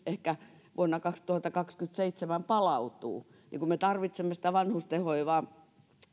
ehkä joskus vuonna kaksituhattakaksikymmentäseitsemän palautuu niin kun me tarvitsemme sitä vanhustenhoivaa ja